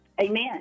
Amen